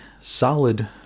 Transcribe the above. solid